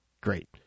great